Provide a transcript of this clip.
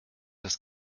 das